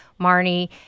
Marnie